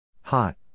Hot